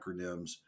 acronyms